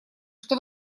что